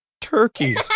Turkey